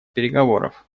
переговоров